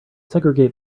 segregate